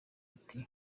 ati